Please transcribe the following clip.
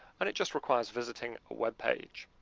and it just requires visiting a web page.